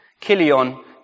Kilion